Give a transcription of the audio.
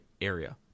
area